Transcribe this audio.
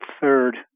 third